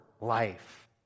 life